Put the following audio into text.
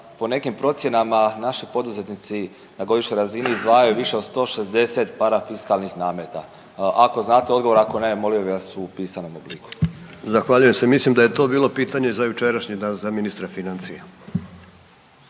po nekim procjenama naši poduzetnici na godišnjoj razini izdvajaju više od 160 parafiskalnih nameta? Ako znate odgovor, ako ne, molio bih vas u pisanom obliku. **Horvat, Mile (SDSS)** Zahvaljujem se, mislim da je to bilo pitanje za jučerašnji dan za ministra financija.